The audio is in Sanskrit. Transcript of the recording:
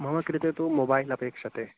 मम कृते तु मोबैल् अपेक्ष्यते